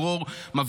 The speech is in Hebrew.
לעצור ולגרור מפגינה,